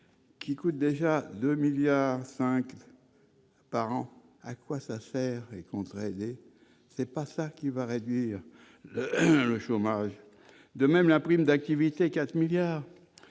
qui coûte déjà 2 milliards 5 par an, à quoi ça sert et et c'est pas ça qui va réduire le chômage, de même la prime d'activité 4 milliards